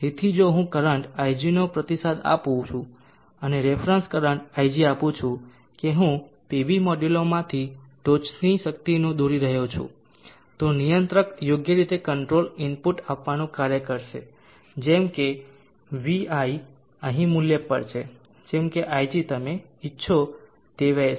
તેથી જો હું કરંટ ig નો પ્રતિસાદ આપું છું અને રેફરન્સ કરંટ IG આપું છું કે હું PV મોડ્યુલોમાંથી ટોચનું શક્તિ દોરી રહ્યો છું તો નિયંત્રક યોગ્ય રીતે કંટ્રોલ ઇનપુટ આપવાનું કાર્ય કરશે જેમ કે vi અહીં મૂલ્ય પર છે જેમ કે ig તમે ઇચ્છો તે વહેશે